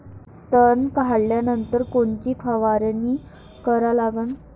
तन काढल्यानंतर कोनची फवारणी करा लागन?